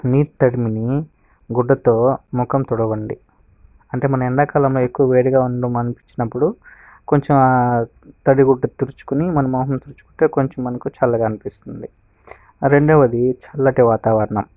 నీటి తడిని గుడ్డతో ముఖం తుడవండి అంటే మన ఎండాకాలం ఎక్కువ వేడిగా ఉంది అనిపించినప్పుడు కొంచెం తడిగుడ్డ తుడుచుకొని మన మొహం తుడుచుకుంటే కొంచెం మనకు చల్లగా అనిపిస్తుంది రెండవది చల్లటి వాతావరణం